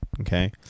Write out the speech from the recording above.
okay